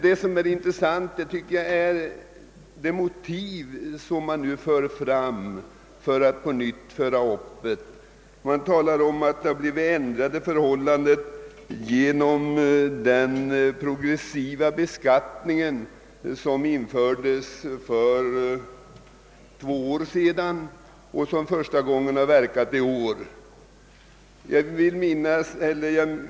Det intressanta tycker jag är de motiv man nu anför för att på nytt ta upp frågan. Man talar om att förhållandena har ändrats genom den progressiva fastighetsbeskattning som infördes för två år sedan och som i år för första gången tillämpas.